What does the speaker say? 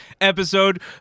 episode